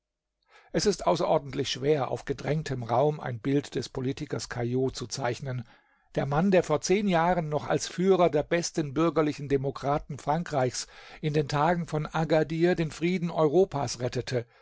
es ist außerordentlich schwer auf gedrängtem raum ein bild des politikers caillaux zu zeichnen der mann der vor zehn jahren noch als führer der besten bürgerlichen demokraten frankreichs in den tagen von agadir den frieden europas rettete